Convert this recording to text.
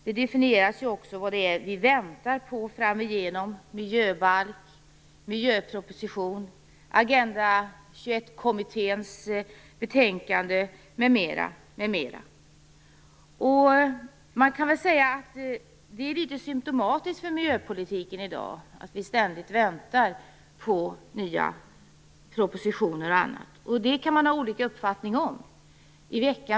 Man definierar också vad det är vi väntar på i framtiden: en miljöbalk, en miljöproposition, Agenda 21-kommitténs betänkande m.m. Det är litet symtomatiskt för miljöpolitiken i dag att vi ständigt väntar på nya propositioner och annat. Det kan man ha olika uppfattningar om.